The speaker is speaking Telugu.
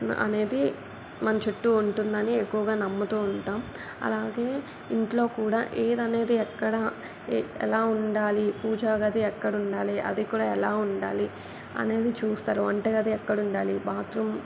అనేది మన చుట్టు ఉంటుంది అని ఎక్కువుగా నమ్ముతు ఉంటాం అలాగే ఇంట్లో కూడా ఏది అనేది ఎక్కడ ఎలా ఉండాలి పూజ గది ఎక్కడ ఉండాలి అది కూడా ఎలా ఉండాలి అనేది చూస్తారు వంటగది ఎక్కడ ఉండాలి బాత్రూమ్